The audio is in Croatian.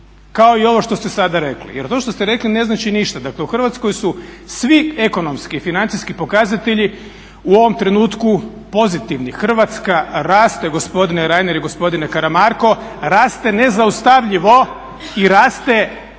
kao i ovo što ste sada rekli jer to što ste rekli ne znači ništa. Dakle u Hrvatskoj su svi ekonomski i financijski pokazatelji u ovom trenutku pozitivni. Hrvatska raste gospodine Reiner i gospodine Karamarko, raste nezaustavljivo i raste